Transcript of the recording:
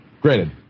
Granted